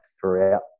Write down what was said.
throughout